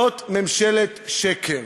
זאת ממשלת שקר.